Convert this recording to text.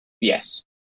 Yes